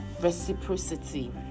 reciprocity